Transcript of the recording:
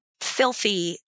filthy